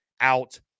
out